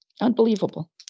unbelievable